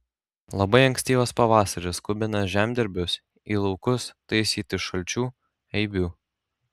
labai ankstyvas pavasaris skubina žemdirbius į laukus taisyti šalčių eibių